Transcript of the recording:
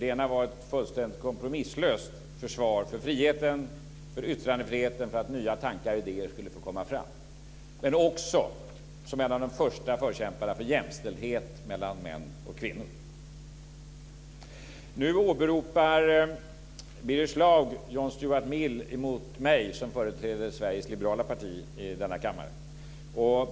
Den ena var ett fullständigt kompromisslöst försvar för friheten, yttrandefriheten, för att nya tankar och idéer skulle få komma fram. Han var också en av de första förkämparna för jämställdhet mellan män och kvinnor. Nu åberopar Birger Schlaug John Stuart Mill emot mig som företrädare för Sveriges liberala parti i denna kammare.